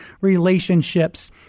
relationships